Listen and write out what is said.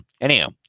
anyhow